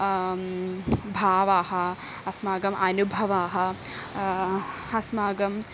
भावाः अस्माकम् अनुभवाः अस्माकम्